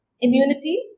immunity